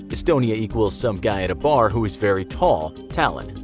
estonia equals some guy at a bar who is very tall. tallinn.